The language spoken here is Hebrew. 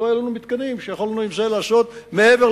כי לא היו לנו מתקנים שיכולנו לעשות עם זה מעבר